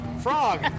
Frog